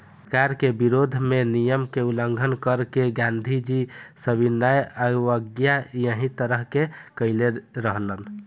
सरकार के विरोध में नियम के उल्लंघन क के गांधीजी सविनय अवज्ञा एही तरह से कईले रहलन